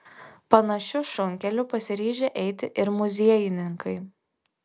panašiu šunkeliu pasiryžę eiti ir muziejininkai